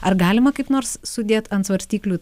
ar galima kaip nors sudėt ant svarstyklių